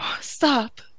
Stop